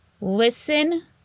Listen